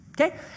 Okay